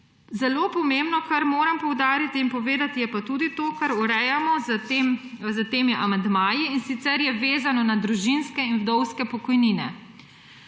Zelo pomembno, kar moram poudariti in povedati, je tudi to, kar urejamo s temi amandmaji, in sicer je vezano na družinske in vdovske pokojnine.